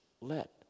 let